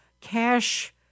cash